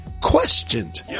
questioned